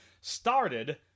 started